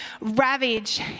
ravage